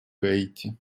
гаити